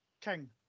King